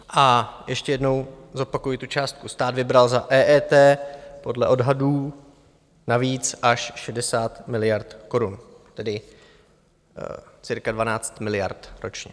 A ještě jednou zopakuji tu částku: stát vybral za EET podle odhadů navíc až 60 miliard korun, tedy cirka 12 miliard ročně.